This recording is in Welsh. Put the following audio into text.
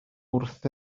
wrth